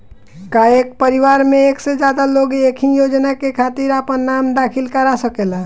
का एक परिवार में एक से ज्यादा लोग एक ही योजना के खातिर आपन नाम दाखिल करा सकेला?